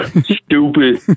Stupid